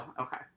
okay